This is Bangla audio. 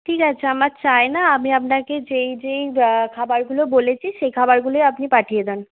ঠিক আছে আমার চাই না আমি আপনাকে যেই যেই খাবারগুলো বলেছি সেই খাবারগুলোই আপনি পাঠিয়ে দিন